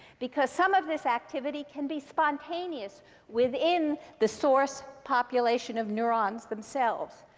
because some of this activity can be spontaneous within the source population of neurons themselves.